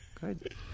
good